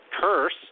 curse